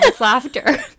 laughter